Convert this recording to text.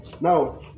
Now